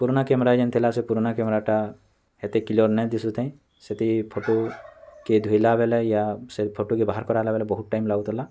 ପୁରୁଣା କ୍ୟାମେରା ଯେନ୍ ଥିଲା ସେ ପୁରୁଣା କ୍ୟାମେରାଟା ହେତେ କ୍ଳିୟର୍ ନାଇ ଦିଶୁଥାଏଁ ସେଥି ଫୋଟୋକେ ଧୋଇଲାବେଲେ ୟା ସେ ଫଟୋ ବାହାର୍ କଲାବେଲେ ବହୁତ୍ ଟାଇମ୍ ଲାଗୁଥିଲା